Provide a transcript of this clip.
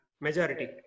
majority